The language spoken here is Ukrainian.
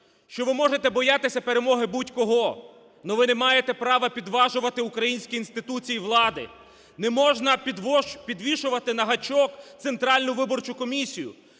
що ви можете боятися перемоги будь-кого, но ви не маєте права підважувати українські інституції влади. Не можна підвішувати на гачок Центральну виборчу комісію.